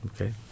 Okay